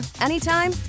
anytime